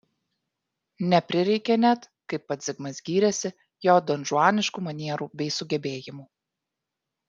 neprireikė net kaip pats zigmas gyrėsi jo donžuaniškų manierų bei sugebėjimų